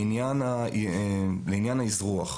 לעניין האזרוח.